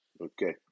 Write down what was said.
Okay